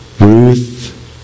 Ruth